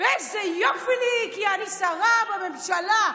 ואיזה יופי לי כי אני שרה בממשלה.